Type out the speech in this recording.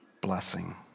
blessing